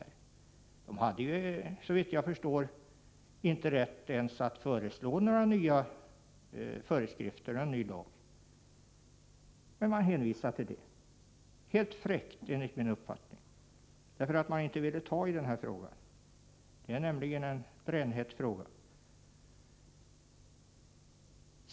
Men kommittén hade, såvitt jag förstår, inte ens rätt att föreslå någon ny lag. Utskottet hänvisade ändå helt fräckt till den, eftersom man inte ville ta i frågan. Det är nämligen en brännhet fråga.